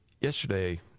yesterday